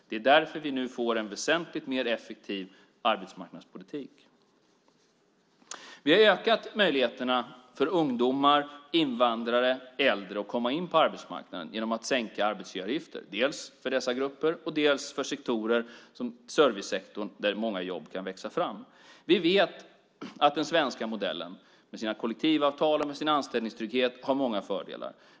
Det är därför vi nu får en väsentligt mer effektiv arbetsmarknadspolitik. Vi har ökat möjligheterna för ungdomar, invandrare och äldre att komma in på arbetsmarknaden genom att sänka arbetsgivaravgifter, dels för dessa grupper, dels för sektorer som servicesektorn där många jobb kan växa fram. Vi vet att den svenska modellen med sina kollektivavtal och med sin anställningstrygghet har många fördelar.